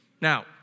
Now